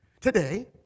Today